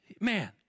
Man